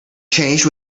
changed